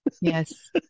Yes